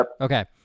Okay